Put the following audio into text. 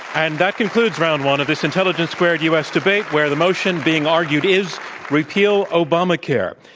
and that concludes round one of this intelligence squared u. s. debate, where the motion being argued is repeal obamacare.